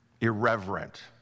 Irreverent